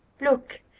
look!